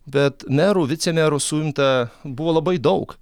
bet merų vicemerų suimta buvo labai daug